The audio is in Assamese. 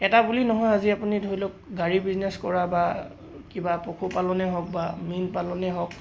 এটা বুলি নহয় আজি আপুনি ধৰি লওক গাড়ী বিজনেছ কৰা বা কিবা পশুপালনে হওক বা মীন পালনে হওক